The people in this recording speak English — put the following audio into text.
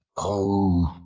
oh,